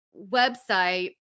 website